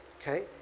okay